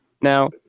now